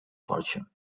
fortune